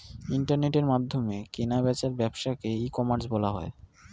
ইন্টারনেটের মাধ্যমে কেনা বেচার ব্যবসাকে ই কমার্স বলা হয়